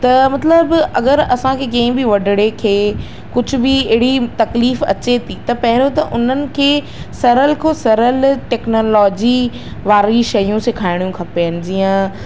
त मतिलबु अगरि असांखे कंहिं बि वॾिड़े खे कुझु बि अहिड़ी तकलीफ अचे थी त पहिरों उनन खे सरल खों सरल टेक्नोलॉजी वारी शयूं सिखारणियूं खपेन जीअं